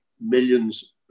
millions